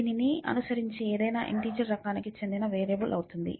దీనిని అనుసరించే ఏదైనా ఇంటెజర్ రకానికి చెందిన వేరియబుల్ అవుతుంది